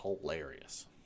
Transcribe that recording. hilarious